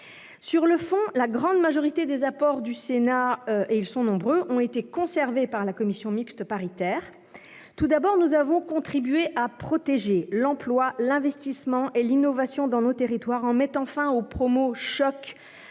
ses équipes. La grande majorité des apports du Sénat, et ils sont nombreux, ont été conservés par la commission mixte paritaire. Premièrement, nous avons contribué à protéger l'emploi, l'investissement et l'innovation dans nos territoires, en mettant fin pour les